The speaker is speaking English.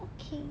okay